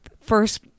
first